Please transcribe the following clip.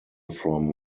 from